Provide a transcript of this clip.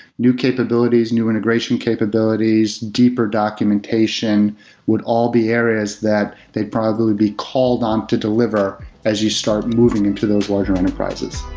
new capabilities, new integration capabilities, deeper documentation would all be areas that they'd probably be called on to deliver as you start moving into those larger enterprises.